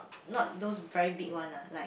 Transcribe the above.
not those very big one ah like